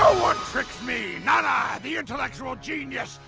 one tricks me, not i, the intellectual genius,